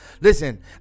Listen